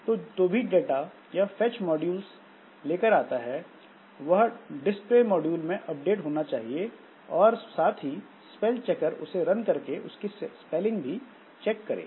तो जो भी डाटा यह फेच मॉड्युलस लेकर आता है वह डिस्प्ले मॉड्यूल में अपडेट होना चाहिए और साथ ही स्पेल चेकर उसे रन करके उसकी स्पेलिंग भी चेक करें